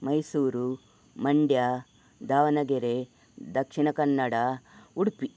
Mysuru Mandya Davanagere Dakshina Kannada Udupi